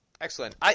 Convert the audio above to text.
excellent